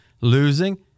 losing